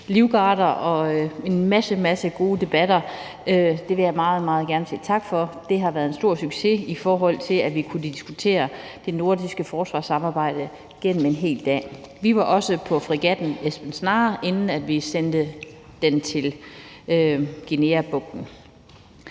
tappenstreg og en masse gode debatter. Det vil jeg meget gerne sige tak for. Det har været en stor succes, i forhold til at vi igennem en hel dag kunne diskutere det nordiske forsvarssamarbejde. Og vi var også på fregatten Esbern Snare, inden vi sendte den til Guineabugten.